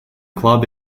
club